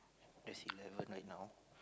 there's eleven right now